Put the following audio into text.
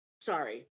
Sorry